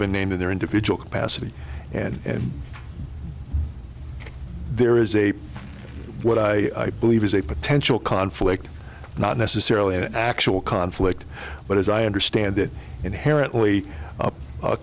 been named in their individual capacity and there is a what i believe is a potential conflict not necessarily an actual conflict but as i understand it inherently